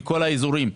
בכל האזורים.